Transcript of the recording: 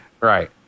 Right